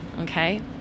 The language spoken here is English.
okay